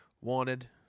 wanted